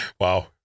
Wow